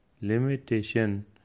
limitation